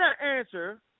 answer